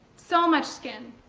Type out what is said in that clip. so much skin,